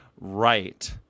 right